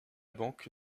banque